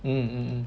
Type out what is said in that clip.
mm mm mm